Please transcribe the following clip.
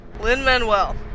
Lin-Manuel